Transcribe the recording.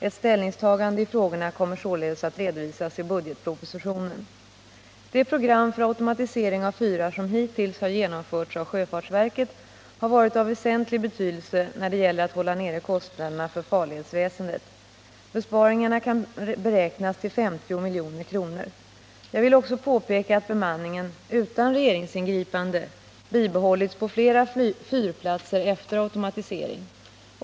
Ett ställningstagande i frågorna kommer således att redovisas i budgetpropositionen. Det program för automatisering av fyrar som hittills har genomförts av sjöfartsverket har varit av väsentlig betydelse när det gäller att hålla nere kostnaderna för farledsväsendet. Besparingarna kan beräknas till 50 milj.kr. Jag vill också påpeka att bemanningen — utan regeringsingripande — bibehållits på flera fyrplatser efter automatisering.